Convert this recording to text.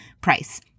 Price